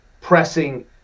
pressing